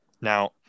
Now